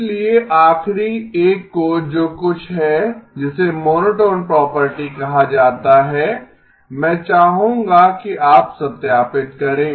इसलिए आखिरी एक को जो कुछ है जिसे मोनोटोन प्रॉपर्टी कहा जाता है मैं चाहूंगा कि आप सत्यापित करें